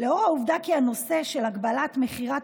לאור העובדה כי הנושא של הגבלת מכירת